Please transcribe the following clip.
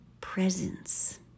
presence